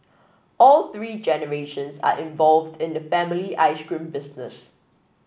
all three generations are involved in the family ice cream business